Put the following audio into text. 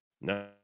No